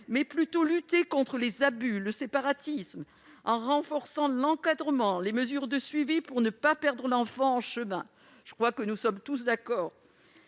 mais plutôt lutter contre les abus et le séparatisme, en renforçant l'encadrement et les mesures de suivi pour ne pas perdre l'enfant en chemin. Je crois que nous sommes tous d'accord